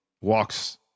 walks